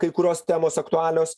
kai kurios temos aktualios